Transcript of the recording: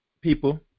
People